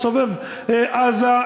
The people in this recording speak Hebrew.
בסובב-עזה,